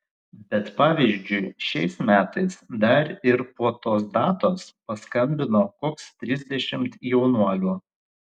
bet pavyzdžiui šiais metais dar ir po tos datos paskambino koks trisdešimt jaunuolių